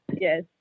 yes